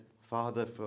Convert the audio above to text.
Father